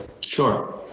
Sure